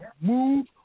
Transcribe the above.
move